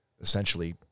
essentially